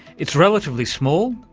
it's relatively small,